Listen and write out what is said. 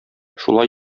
шулай